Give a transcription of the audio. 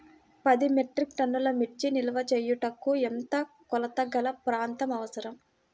పది మెట్రిక్ టన్నుల మిర్చి నిల్వ చేయుటకు ఎంత కోలతగల ప్రాంతం అవసరం?